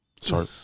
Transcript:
Sorry